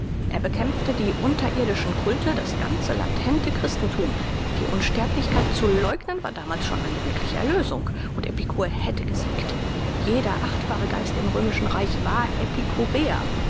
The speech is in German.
er bekämpfte die unterirdischen culte das ganze latente christenthum die unsterblichkeit zu leugnen war damals schon eine wirkliche erlösung und epikur hätte gesiegt jeder achtbare geist im römischen reich war